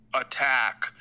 attack